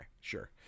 Sure